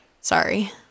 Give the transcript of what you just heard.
Sorry